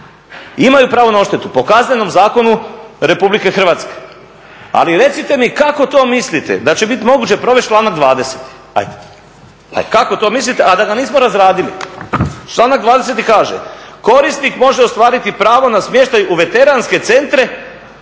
imaju pravo na odštetu, po Kaznenom zakonu RH. Ali recite mi kako to mislite da ćete biti moguće provesti članak 20.? Kako to mislite, a da ga nismo razradili? Članak 20.kaže "Korisnik može ostvariti pravo na smještaj u veteranske centre